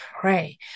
pray